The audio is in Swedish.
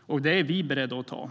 och det är vi beredda att ta.